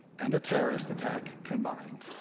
and a terrorist attack, combined.